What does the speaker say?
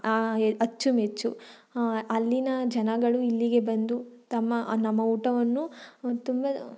ಅಚ್ಚುಮೆಚ್ಚು ಅಲ್ಲಿನ ಜನಗಳು ಇಲ್ಲಿಗೆ ಬಂದು ತಮ್ಮ ನಮ್ಮ ಊಟವನ್ನು ತುಂಬ